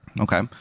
Okay